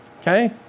Okay